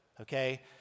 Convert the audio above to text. okay